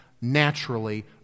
naturally